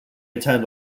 attend